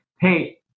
hey